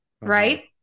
right